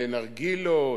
ונרגילות,